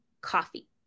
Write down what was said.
coffee